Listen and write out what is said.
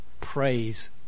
praise